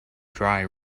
dry